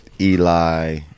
Eli